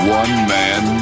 one-man